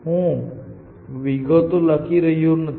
હું અહીં વિગતો લખી રહ્યો નથી